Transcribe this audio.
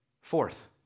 Fourth